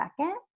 second